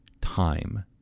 time